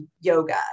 yoga